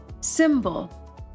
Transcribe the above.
Symbol